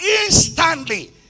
instantly